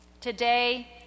Today